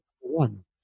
one